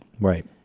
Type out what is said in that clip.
Right